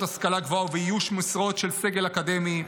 להשכלה גבוה ובאיוש משרות של סגל אקדמי.